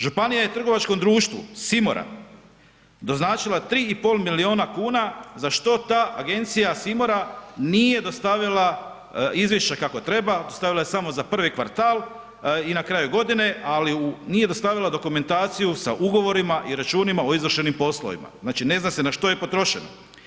Županija je trgovačkom društvu Simora doznačila 3,5 milijuna kuna za što ta agencija Simora nije dostavila izvješća kako treba, dostavila je samo za prvi kvartal i na kraju godine, ali u, nije dostavila dokumentaciju sa ugovorima i računima o izvršenim poslovima, znači ne zna se na što je potrošeno.